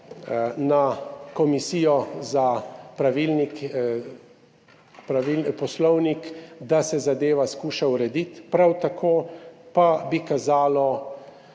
Komisijo za poslovnik, da se zadeva skuša urediti. Prav tako pa bi kazalo